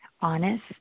honest